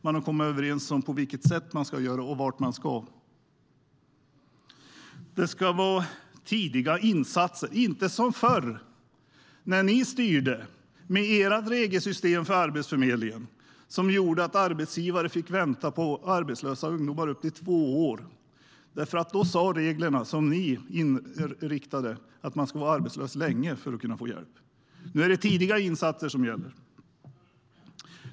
Man har kommit överens om på vilket sätt man ska göra det och vart man ska. Det ska vara tidiga insatser, inte som förr när ni styrde med ert regelsystem för Arbetsförmedlingen, vilket gjorde att arbetsgivare fick vänta på arbetslösa ungdomar i upp till två år. Då sa reglerna, som ni inrättade, att man ska vara arbetslös länge för att få hjälp. Nu är det tidiga insatser som gäller.